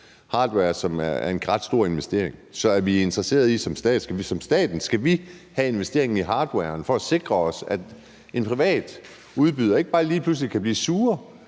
hardware, som er en ret stor investering. Så er vi interesseret i, at staten skal lave investeringen i hardwaren, for at vi kan sikre os, at en privat udbyder ikke bare lige pludselig kan blive sur